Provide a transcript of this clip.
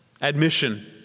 admission